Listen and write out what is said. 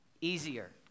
easier